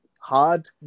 Hard